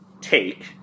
take